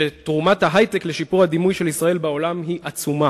שתרומת ההיי-טק לשיפור הדימוי של ישראל בעולם היא עצומה.